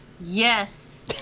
Yes